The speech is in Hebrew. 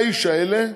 100 האיש האלה,